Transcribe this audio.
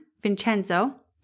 Vincenzo